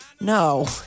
No